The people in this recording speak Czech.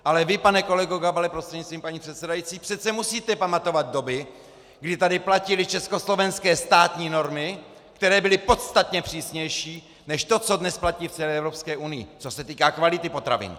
Ale vy, pane kolego Gabale prostřednictvím paní předsedající, přece musíte pamatovat doby, kdy tady platily československé státní normy, které byly podstatně přísnější než to, co dnes platí v celé Evropské unii, co se týká kvality potravin.